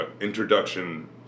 introduction